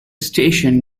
station